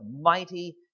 mighty